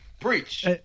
Preach